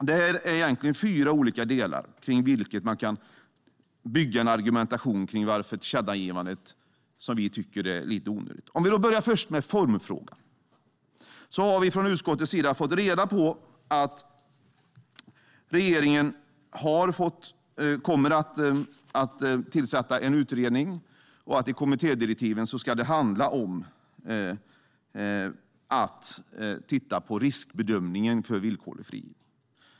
Det finns fyra olika delar kring vilka man kan bygga en argumentation om att tillkännagivandet är lite onödigt, vilket vi tycker. Jag börjar med formfrågan. Från utskottets sida har vi fått reda på att regeringen kommer att tillsätta en utredning och att kommittédirektiven ska handla om att titta på riskbedömningen för villkorlig frigivning.